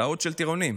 טעות של טירונים.